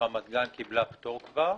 רמת גן קיבלה פטור כבר,